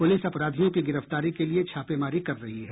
police अपराधियों की गिरफ्तारी के लिये छापेमारी कर रही है